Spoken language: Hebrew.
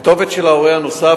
כתובת של ההורה הנוסף.